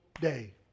day